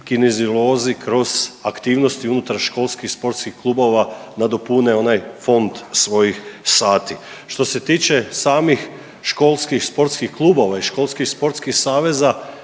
kineziolozi kroz aktivnosti unutar školskih sportskih klubova nadopune onaj fond svojih sati. Što se tiče samih školskih sportskih klubova i školskih sportskih saveza